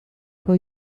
for